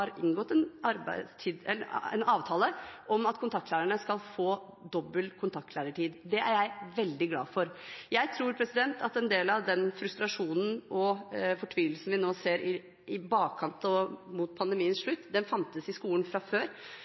inngått en avtale om at kontaktlærerne skal få dobbel kontaktlærertid. Det er jeg veldig glad for. Jeg tror at en del av den frustrasjonen og fortvilelsen vi nå ser i bakkant og mot pandemiens slutt, fantes i skolen fra før.